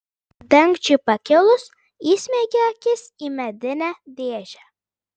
dangčiui pakilus įsmeigė akis į medinę dėžę